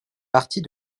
partie